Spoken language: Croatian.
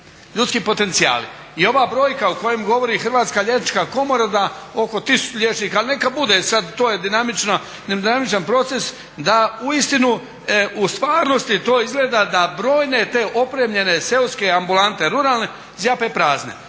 ljudski potencijali. I ova brojka o kojem govori Hrvatska liječnička komora da oko 1000 liječnika, ali neka bude, sad to je dinamičan proces da uistinu u stvarnosti to izgleda da brojne te opremljene seoske ambulante ruralne zjape prazne,